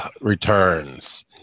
returns